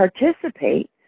participate